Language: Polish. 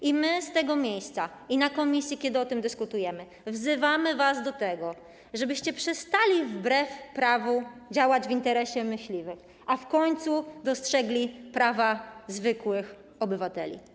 I my z tego miejsca i na posiedzeniach komisji, kiedy o tym dyskutujemy, wzywamy was do tego, żebyście przestali wbrew prawu działać w interesie myśliwych, a w końcu dostrzegli prawa zwykłych obywateli.